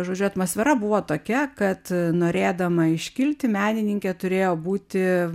žodžiu atmosfera buvo tokia kad norėdama iškilti menininkė turėjo būti